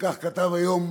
וכך כתב היום